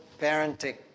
parenting